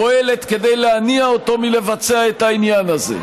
פועלת להניא אותו מלבצע את העניין הזה.